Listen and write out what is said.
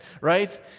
right